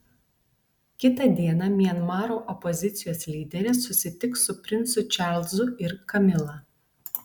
kitą dieną mianmaro opozicijos lyderė susitiks su princu čarlzu ir kamila